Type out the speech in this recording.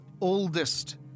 oldest